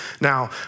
Now